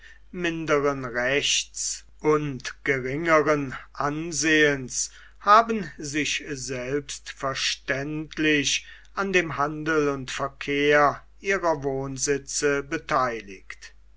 minderen rechts und geringeren ansehens haben sich selbstverständlich an dem handel und verkehr ihrer wohnsitze beteiligt